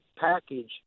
package